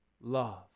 Love